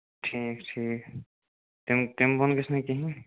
ٹھیٖک ٹھیٖک تِم تَمہِ بۅن گَژھِ نا کِہیٖنٛۍ